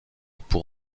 pour